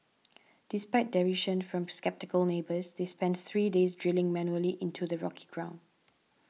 despite derision from sceptical neighbours they spent three days drilling manually into the rocky ground